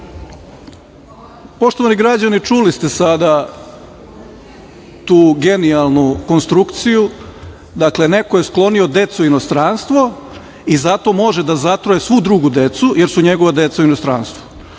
Poštovani građani čuli ste sada tu genijalnu konstrukciju. Dakle, neko je sklonio decu u inostranstvo i zato može da zatruje svu drugu decu, jer su njegova deca u inostranstvu,